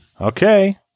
Okay